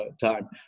time